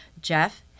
Jeff